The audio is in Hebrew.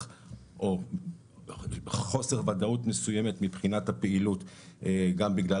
או חוסר ודאות מסוים מבחינת הפעילות גם בגלל